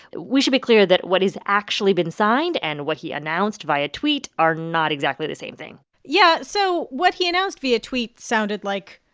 we should be clear that what has actually been signed and what he announced via tweet are not exactly the same thing yeah. so what he announced via tweet sounded, like,